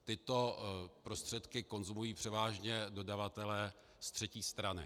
Tyto prostředky konzumují převážně dodavatelé z třetí strany.